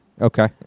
Okay